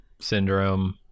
syndrome